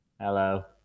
Hello